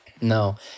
No